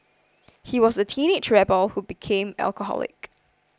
he was a teenage rebel who became alcoholic